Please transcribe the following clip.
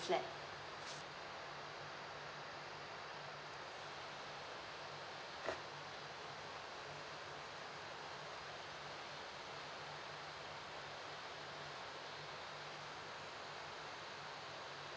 flats